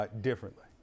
differently